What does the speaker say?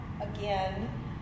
again